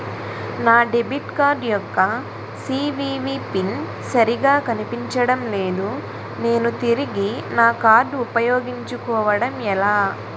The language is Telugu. నా డెబిట్ కార్డ్ యెక్క సీ.వి.వి పిన్ సరిగా కనిపించడం లేదు నేను తిరిగి నా కార్డ్ఉ పయోగించుకోవడం ఎలా?